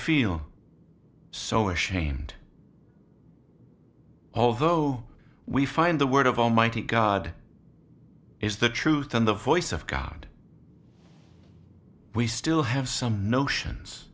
feel so ashamed although we find the word of almighty god is the truth and the voice of god we still have some notions